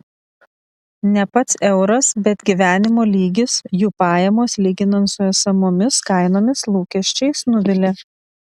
ne pats euras bet gyvenimo lygis jų pajamos lyginant su esamomis kainomis lūkesčiais nuvilia